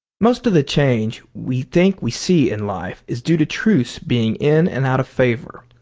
most of the change we think we see in life is due to truths being in and out of favour.